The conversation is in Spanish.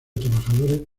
trabajadores